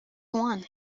one